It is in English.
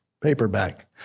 Paperback